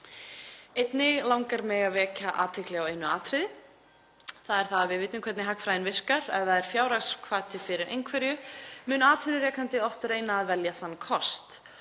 Mig langar einnig að vekja athygli á einu atriði: Við vitum hvernig hagfræðin virkar. Ef það er fjárhagshvati fyrir einhverju mun atvinnurekandi oft reyna að velja þann kost.